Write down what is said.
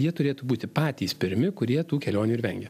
jie turėtų būti patys pirmi kurie tų kelionių ir vengia